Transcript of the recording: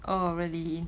oh really